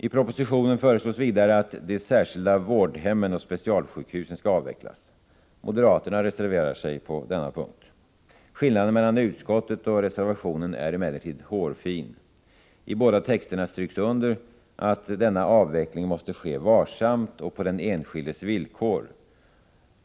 I propositionen föreslås vidare att de särskilda vårdhemmen och specialsjukhusen skall avvecklas. Moderaterna reserverar sig på den punkten. Skillnaderna mellan utskottet och reservationen är emellertid hårfin. I båda texterna stryks under att denna avveckling måste ske varsamt och på den enskildes villkor.